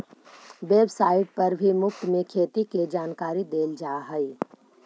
website पर भी मुफ्त में खेती के जानकारी देल जा हई